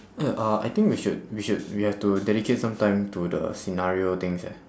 eh uh I think we should we should we have to dedicate some time to the scenario things eh